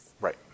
Right